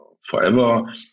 forever